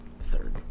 Third